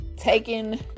taking